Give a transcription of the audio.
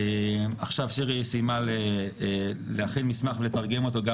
עכשיו שירי סיימה להכין מסמך ולתרגם אותו גם